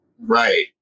Right